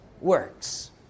works